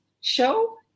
show